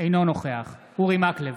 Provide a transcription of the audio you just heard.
אינו נוכח אורי מקלב,